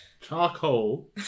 Charcoal